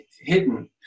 hidden